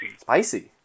Spicy